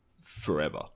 forever